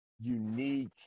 unique